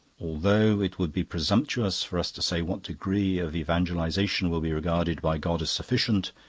although it would be presumptuous for us to say what degree of evangelisation will be regarded by god as sufficient,